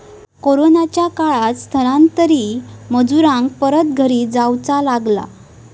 कोरोनाच्या काळात स्थलांतरित मजुरांका परत घरी जाऊचा लागला